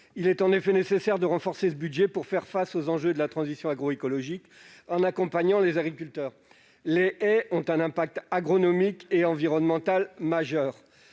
Il est en effet nécessaire de renforcer ce budget pour faire face aux enjeux de la transition agroécologique en accompagnant les agriculteurs. Les haies ont un impact agronomique et environnemental majeur